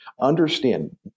understand